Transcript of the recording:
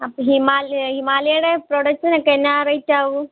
അപ്പോൾ ഹിമാലയ ഹിമാലയയുടെ പ്രോഡക്ടസിനൊക്കെ എന്നാ റേയ്റ്റ് ആവും